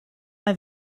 mae